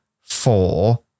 four